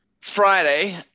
Friday